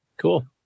Cool